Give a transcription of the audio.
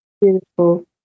Beautiful